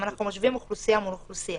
וזאת, אם אנחנו משווים אוכלוסייה מול אוכלוסייה.